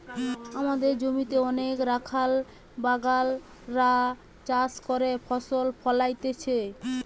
আমদের জমিতে অনেক রাখাল বাগাল রা চাষ করে ফসল ফোলাইতেছে